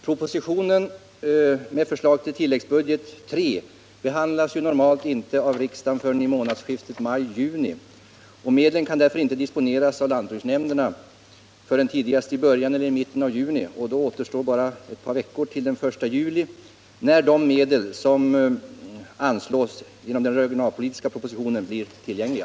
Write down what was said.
Propositionen med förslag till tilläggsbudget III behandlas normalt inte av riksdagen förrän i månadsskiftet maj-juni, och medlen kan därför inte disponeras av lantbruksnämnderna förrän tidigast i början av eller i mitten av juni, och då återstår bara ett par veckor till den I juli, när de medel som anslås genom den regionalpolitiska propositionen blir tillgängliga.